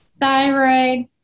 thyroid